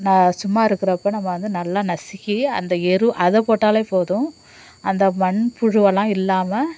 நான் சும்மா இருக்கறப்போ நம்ம வந்து நல்லா நசுக்கி அந்த எரு அதை போட்டாலே போதும் அந்த மண்புழுவெல்லாம் இல்லாமல்